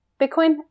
Bitcoin